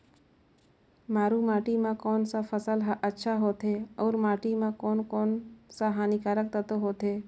मारू माटी मां कोन सा फसल ह अच्छा होथे अउर माटी म कोन कोन स हानिकारक तत्व होथे?